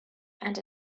and